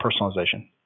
personalization